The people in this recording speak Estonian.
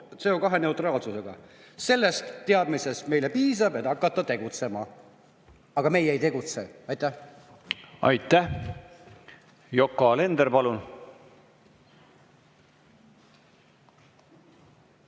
CO2‑neutraalsusega. Sellest teadmisest meile piisab, et hakata tegutsema." Aga meie ei tegutse. Aitäh! Aitäh! Yoko Alender, palun!